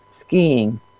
skiing